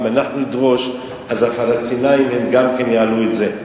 אנחנו נדרוש, אז הפלסטינים הם גם כן יעלו את זה.